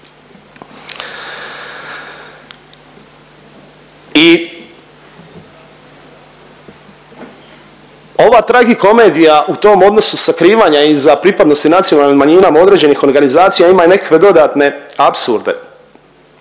I ova tragikomedija u tom odnosu sakrivanja iza pripadnosti nacionalnim manjinama određenih organizacijama ima i nekakve dodatne apsurde.